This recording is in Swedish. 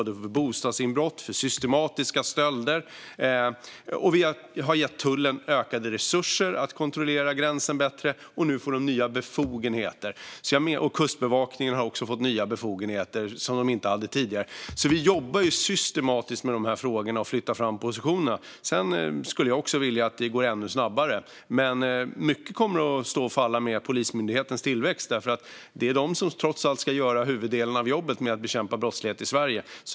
Det gäller bostadsinbrott och systematiska stölder. Vi har gett tullen ökade resurser att kontrollera gränsen bättre. Nu får den nya befogenheter. Kustbevakningen har också fått nya befogenheter som den inte hade tidigare. Vi jobbar systematiskt med de frågorna och flyttar fram positionerna. Sedan skulle jag också vilja att det går ännu snabbare. Mycket kommer att stå och falla med Polismyndighetens tillväxt. Det är trots allt den som ska göra huvuddelen av jobbet med att bekämpa brottslighet i Sverige.